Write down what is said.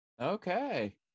Okay